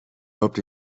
hoped